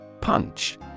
Punch